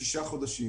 חבר'ה, אנחנו קורסים.